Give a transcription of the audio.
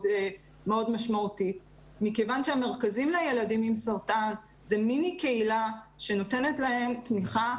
משמעותית מכיוון שהמרכזים לילדים עם סרטן זו מיני קהילה שנותנת להם תמיכה,